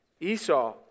Esau